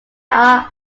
are